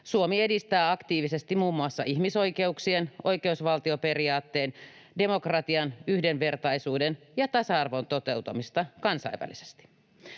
Suomi edistää aktiivisesti muun muassa ihmisoikeuksien, oikeusvaltioperiaatteen, demokratian, yhdenvertaisuuden ja tasa-arvon toteutumista kansainvälisesti.